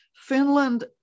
Finland